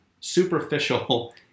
superficial